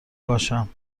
باشم